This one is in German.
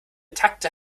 takte